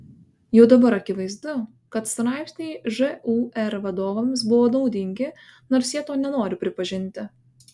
jau dabar akivaizdu kad straipsniai žūr vadovams buvo naudingi nors jie to nenori pripažinti